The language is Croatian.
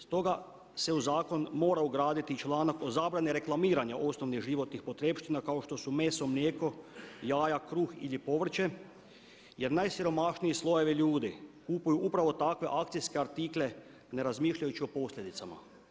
Stoga se u zakon mora ugraditi i članak o zabrani reklamiranja osnovnih životnih potrepština kao što su mesom, mlijeko, jaja, kruh ili povrće jer najsiromašniji slojevi ljudi kupuju upravo takve akcijske artikle ne razmišljajući o posljedicama.